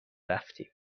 رفتیم